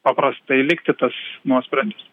paprastai likti tas nuosprendis